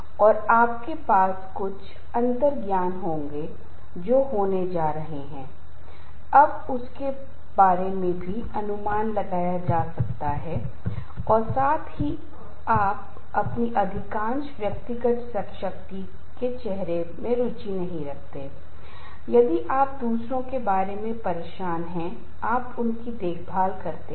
इसलिए आपको लगता है कि मैं संगठनों में एक व्यक्ति होने के नाते निर्णय लेने में मेरी भागीदारी के बारे में परेशान नहीं हूं वैसे ही आपके पास नौकरी है और आपको संगठनों में अन्य व्यक्तियों के साथ संबंध रखना है लेकिन आपका दूसरे है व्यक्तियों और नौकरी में संघर्ष है आप नौकरी नहीं कर सकते यदि आप असेंबली लाइन नौकरी के मामले में अन्य व्यक्तियों की मदद नहीं लेते हैं